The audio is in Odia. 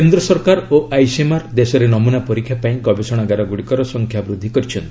କେନ୍ଦ୍ର ସରକାର ଓ ଆଇସିଏମ୍ଆର୍ ଦେଶରେ ନମୂନା ପରୀକ୍ଷା ପାଇଁ ଗବେଶଣାଗାର ଗୁଡ଼ିକର ସଂଖ୍ୟା ବୃଦ୍ଧି କରିଛନ୍ତି